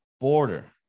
border